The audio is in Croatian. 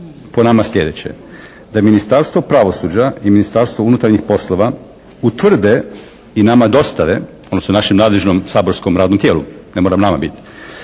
po nama sljedeće. Da Ministarstvo pravosuđa i Ministarstvo unutarnjih poslove utvrde i nama dostave, odnosno našem nadležnom saborskog radnom tijelu, ne mora nama biti,